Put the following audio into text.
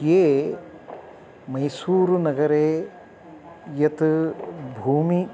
ये मैसूरुनगरे या भूमिः